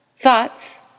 Thoughts